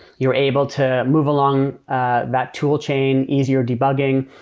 you are able to move along ah that tool chain, easier debugging.